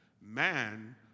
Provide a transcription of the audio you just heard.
Man